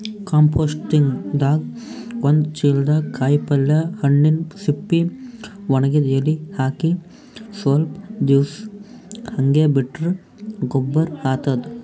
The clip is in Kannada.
ಕಂಪೋಸ್ಟಿಂಗ್ದಾಗ್ ಒಂದ್ ಚಿಲ್ದಾಗ್ ಕಾಯಿಪಲ್ಯ ಹಣ್ಣಿನ್ ಸಿಪ್ಪಿ ವಣಗಿದ್ ಎಲಿ ಹಾಕಿ ಸ್ವಲ್ಪ್ ದಿವ್ಸ್ ಹಂಗೆ ಬಿಟ್ರ್ ಗೊಬ್ಬರ್ ಆತದ್